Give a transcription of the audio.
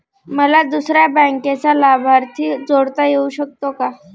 मला दुसऱ्या बँकेचा लाभार्थी जोडता येऊ शकतो का?